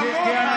ווליד,